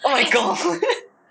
oh my god